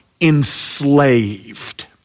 enslaved